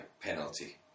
penalty